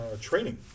training